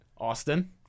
Austin